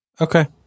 Okay